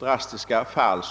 drastiska fall.